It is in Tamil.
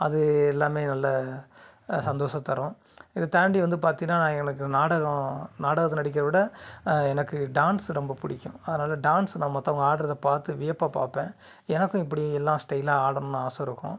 அது எல்லாமே நல்ல சந்தோசம் தரும் இதை தாண்டி வந்து பார்த்தீன்னா எங்களுக்கு நாடகம் நாடகத்தில் நடிக்கின்றத விட எனக்கு டான்ஸ் ரொம்ப பிடிக்கும் அதனால் டான்ஸ் நான் மற்றவங்க ஆடுறத பார்த்து வியப்பாக பார்ப்பேன் எனக்கும் இப்படி எல்லாம் ஸ்டைலாக ஆடணும்னு ஆசை இருக்கும்